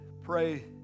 pray